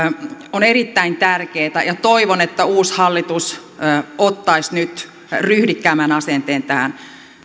on erittäin tärkeätä ja toivon että uusi hallitus ottaisi nyt ryhdikkäämmän asenteen tähän